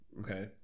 okay